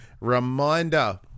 reminder